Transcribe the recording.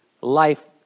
life